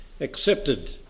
Accepted